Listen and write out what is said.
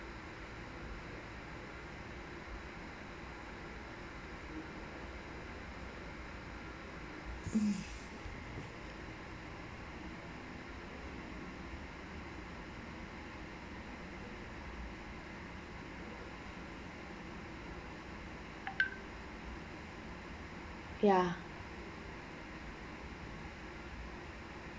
mm ya